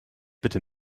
bitte